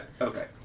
okay